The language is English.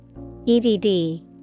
EVD